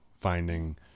finding